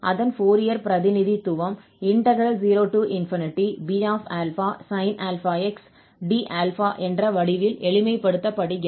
அதன் ஃபோரியர் பிரதிநிதித்துவம் 0Bsin αx d∝ என்ற வடிவில் எளிமைப்படுத்தப்படுகிறது